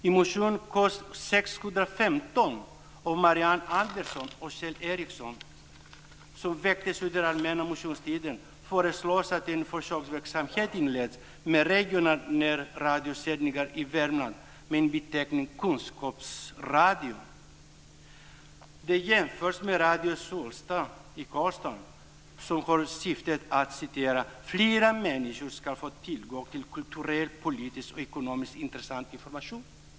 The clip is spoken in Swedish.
I motion K615 av Marianne Andersson och Kjell Ericsson , som väcktes under den allmänna motionstiden, föreslås att en försöksverksamhet inleds med regionala närradiosändningar i Värmland med beteckningen kunskapsradio. Detta jämförs med Radio Solsta i Karlstad, vars syfte är att fler människor skall få tillgång till kulturell, politisk och ekonomiskt intressant information.